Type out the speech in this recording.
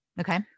Okay